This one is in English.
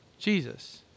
Jesus